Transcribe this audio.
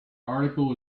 article